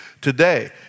today